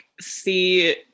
see